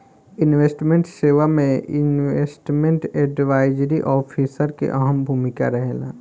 investment सेवा में investment advisory officer के अहम भूमिका रहेला